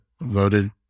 voted